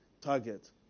target